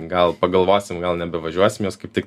gal pagalvosim gal nebevažiuosim jos kaip tik